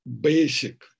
basic